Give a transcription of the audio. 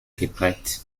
geprägt